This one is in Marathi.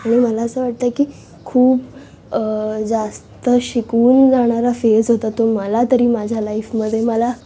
म्हणून मला असं वाटतं आहे की खूप जास्त शिकवून जाणारा फेज होता तो मला तरी माझ्या लाईफमध्ये मला